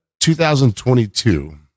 2022